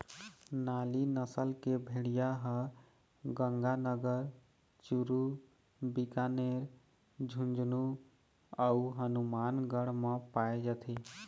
नाली नसल के भेड़िया ह गंगानगर, चूरू, बीकानेर, झुंझनू अउ हनुमानगढ़ म पाए जाथे